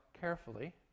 carefully